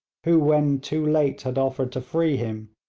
who when too late had offered to free him,